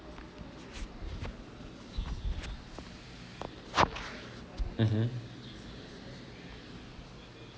mmhmm